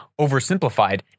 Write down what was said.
oversimplified